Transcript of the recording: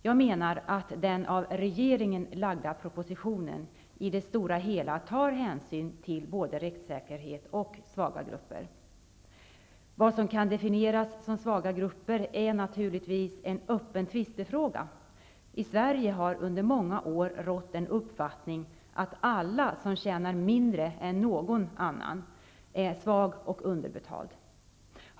Jag menar att den av regeringen lagda propositionen i det stora hela tar hänsyn till både rättssäkerhet och svaga grupper. Vad som kan definieras som svaga grupper är naturligtvis en öppen tvistefråga. I Sverige har under många år rått en uppfattning att alla som tjänar mindre än någon annan, är svag och underbetald.